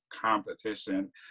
competition